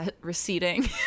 receding